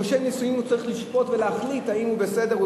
רושם הנישואים הוא צריך לשפוט ולהחליט האם הוא בסדר.